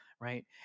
Right